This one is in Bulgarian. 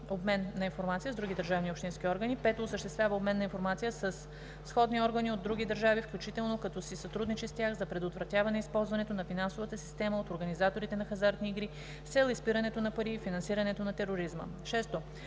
обмен на информация с други държавни и общински органи; 5. осъществява обмен на информация със сходни органи от други държави, включително като си сътрудничи с тях за предотвратяване използването на финансовата система от организаторите на хазартни с цел изпирането на пари и финансирането на тероризма; 6.